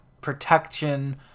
protection